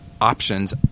options